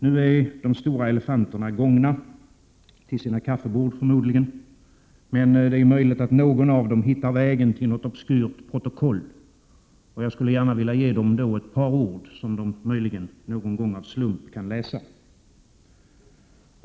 Nu är de stora elefanterna gångna — till sina kaffebord förmodligen — men det är möjligt att någon av dem hittar vägen till något obskyrt protokoll, och jag skulle gärna vilja ge dem ett par ord som de möjligen någon gång av slump kan läsa.